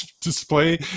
display